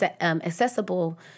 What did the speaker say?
accessible